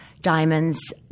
diamonds